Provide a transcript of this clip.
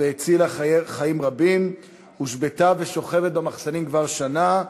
והצילה חיים רבים הושבתה ושוכבת במחסנים כבר שנה.